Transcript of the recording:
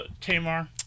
Tamar